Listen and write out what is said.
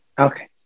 Okay